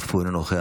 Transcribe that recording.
אף הוא אינו נוכח.